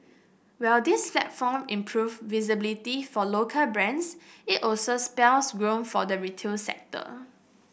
while this platform improve visibility for local brands it also spells real for the retail sector